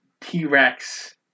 T-Rex